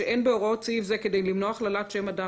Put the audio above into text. "שאין בהוראות סעיף זה כדי למנוע הכללת שם אדם